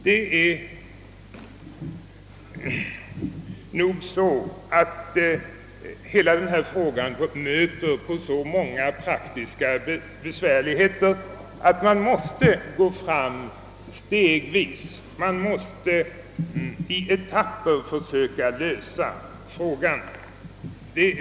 När man skall lösa hela denna fråga, möter man så många praktiska besvärligheter, att man måste gå fram stegvis. Man måste försöka lösa frågan i etapper.